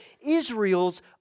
Israel's